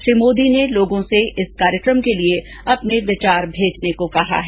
श्री मोदी ने लोगों से इस कार्यक्रम के लिए अपने विचार भेजने को कहा है